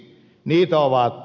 niitä ovat